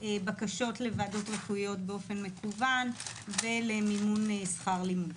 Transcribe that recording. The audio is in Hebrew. בקשות לוועדות רפואיות באופן מקוון ולמימון שכר לימוד.